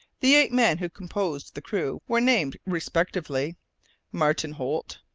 the eight men who composed the crew were named respectively martin holt,